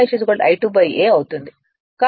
కాబట్టి I2 ' I 2 a అవుతుంది